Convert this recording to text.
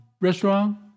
restaurant